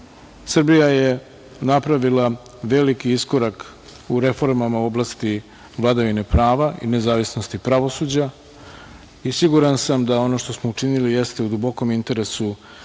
Srbija je napravila veliki iskorak u reformama u oblasti vladavine prava i nezavisnosti pravosuđa i siguran sam da ono što smo učinili jeste u dubokom interesu